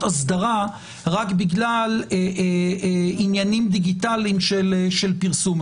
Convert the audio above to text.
אסדרה רק בגלל עניינים דיגיטליים של פרסום.